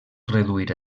reduir